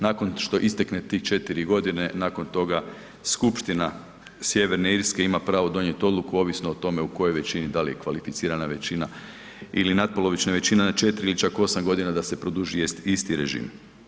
Nakon što istekne tih 4 godine, nakon toga Skupština Sjeverne Irske ima pravo donijeti odluku ovisno o tome u kojoj većini, da li je kvalificirana većina ili natpolovična većina na 4 ili čak 8 godina da se produži isti režim.